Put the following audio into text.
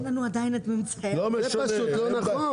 אז הם היו והם אמרו, זה פשוט לא נכון.